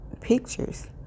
pictures